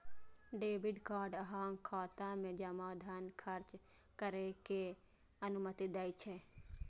debit card अहांक खाता मे जमा धन खर्च करै के अनुमति दै छै